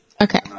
Okay